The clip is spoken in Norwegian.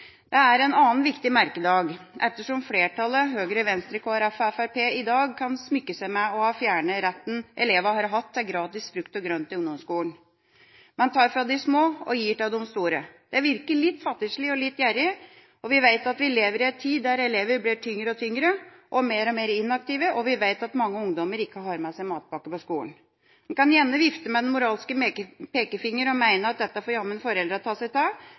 Dette er en annen viktig merkedag, ettersom flertallet, Høyre, Venstre, Kristelig Folkeparti og Fremskrittspartiet, i dag kan smykke seg med å ha fjernet retten elevene har hatt til gratis frukt og grønt i ungdomsskolen. Man tar fra de små og gir til de store. Det virker litt fattigslig og litt gjerrig. Vi vet at vi lever i en tid da elever blir tyngre og tyngre og mer og mer inaktive, og vi vet at mange ungdommer ikke har med seg matpakke på skolen. Man kan gjerne vifte med den moralske pekefingeren og mene at dette får jammen foreldrene ta seg av,